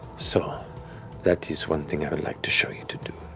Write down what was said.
so that is one thing i would like to show you to do.